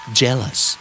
jealous